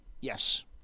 Yes